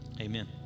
Amen